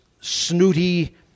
snooty